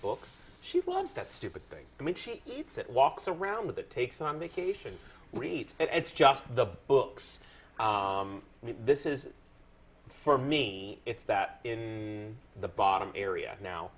books she wants that stupid thing i mean she eats it walks around with it takes on vacation reads and it's just the books and this is for me it's that in the bottom area now